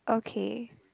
okay